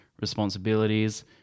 responsibilities